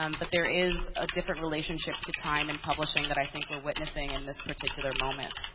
um but there is a different relationship to time and publishing that i think we're witnessing in this particular moment.